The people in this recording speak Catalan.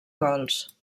gols